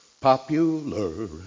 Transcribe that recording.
popular